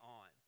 on